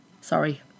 Sorry